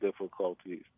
difficulties